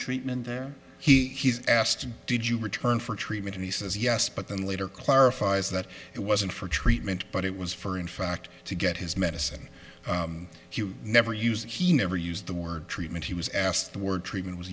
treatment there he asked did you return for treatment and he says yes but then later clarifies that it wasn't for treatment but it was for in fact to get his medicine he would never use it he never used the word treatment he was asked the word treatment was